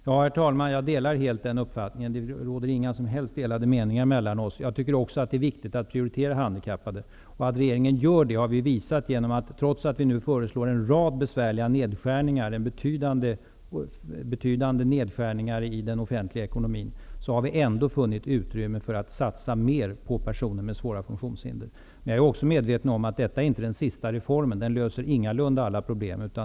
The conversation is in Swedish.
Herr talman! Jag delar helt den uppfattningen. Det råder inte några som helst delade meningar mellan Eva Zetterberg och mig. Jag tycker också att det är viktigt att prioritera handikappade. Och det gör regeringen genom att visa att trots att vi har föreslagit en rad betydande nedskärningar i den offentliga ekonomin, har vi ändå funnit utrymme för att satsa mer på personer med svåra funktionshinder. Jag är också medveten om att detta inte är den sista reformen. Den löser ingalunda alla problem.